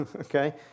okay